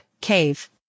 cave